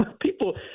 People